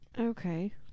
Okay